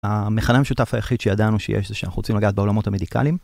המכנה המשותף היחיד שידענו שיש זה שאנחנו רוצים לגעת בעולמות המדיקליים.